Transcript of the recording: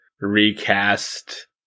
recast